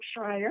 Schreier